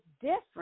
different